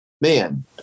man